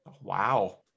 wow